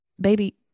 baby